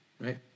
right